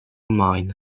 mine